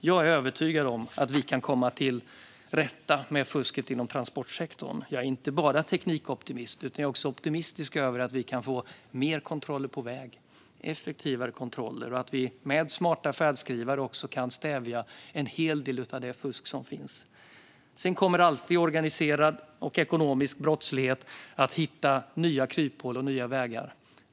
Jag är övertygad om att vi kan komma till rätta med fusket inom transportsektorn. Jag är inte bara teknikoptimist, utan jag är också optimistisk inför att vi kan få fler och effektivare kontroller på väg. Vi kan med smarta färdskrivare också stävja en hel del av det fusk som finns. Sedan kommer alltid organiserad och ekonomisk brottslighet att hitta nya kryphål och nya vägar.